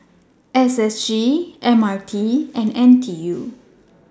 SSG MRT and NTU